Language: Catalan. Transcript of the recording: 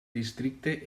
districte